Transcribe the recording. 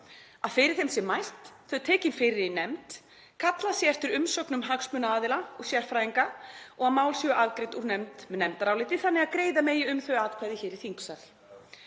að fyrir þeim sé mælt, þau tekin fyrir í nefnd, kallað sé eftir umsögnum hagsmunaaðila og sérfræðinga og að mál séu afgreidd úr nefnd með nefndaráliti þannig að greiða megi um þau atkvæði hér í þingsal.